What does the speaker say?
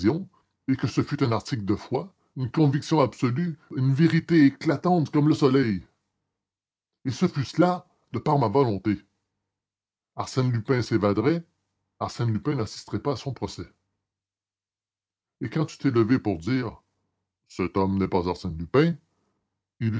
évasion que ce fût un article de foi une conviction absolue une vérité éclatante comme le soleil et ce fut cela de par ma volonté arsène lupin s'évaderait arsène lupin n'assisterait pas à son procès et quand vous vous êtes levé pour dire cet homme n'est pas arsène lupin